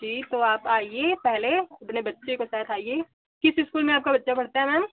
जी तो आप आइए पहले अपने बच्चे को साथ आइए किस स्कूल में आपका बच्चा पढ़ता है मैम